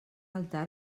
altar